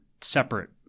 separate